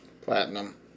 platinum